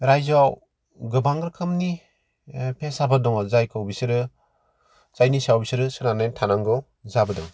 रायजोयाव गोबां रोखोमनि ओ पेसाफोर दङ जायखो बिसोरो जायनि सायाव बिसोरो सोनारनानै थानांगौ जाबोदों